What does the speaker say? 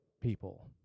people